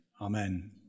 amen